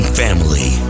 family